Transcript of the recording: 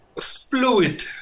fluid